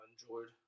enjoyed